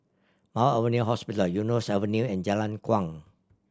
Mount Alvernia Hospital Eunos Avenue and Jalan Kuang